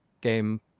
game